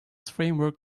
framework